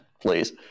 Please